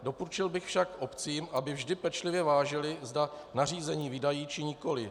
Doporučil bych však obcím, aby vždy pečlivě vážily, zda nařízení vydají, či nikoliv.